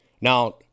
Now